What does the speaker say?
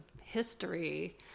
history